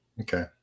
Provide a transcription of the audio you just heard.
Okay